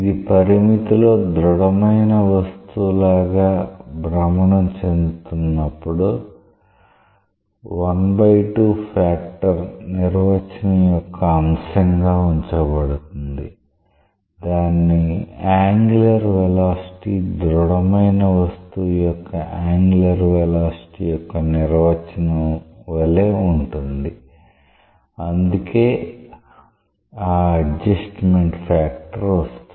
ఇది పరిమితిలో దృఢమైన వస్తువు లాగా భ్రమణం చెందుతున్నప్పుడు ఫ్యాక్టర్ నిర్వచనం యొక్క అంశంగా ఉంచబడుతుంది దాని యాంగులర్ వెలాసిటీ దృఢమైన వస్తువు యొక్క యాంగులర్ వెలాసిటీ యొక్క నిర్వచనం వలె ఉంటుంది అందుకే ఆ అడ్జస్ట్మెంట్ ఫ్యాక్టర్ వస్తుంది